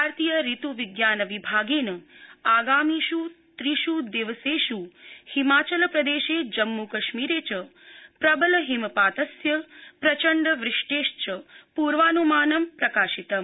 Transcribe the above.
भारतीय ऋत् विज्ञान विभागेन आगामिष् त्रिष् दिवसेष् हिमाचल प्रदेशे जम्मू कश्मीरे च प्रबल हिमपातस्य चण्ड वृष्टेश्च पूर्वानुमानं प्रकाशितम्